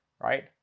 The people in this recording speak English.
right